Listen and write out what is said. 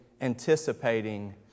anticipating